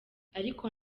ariko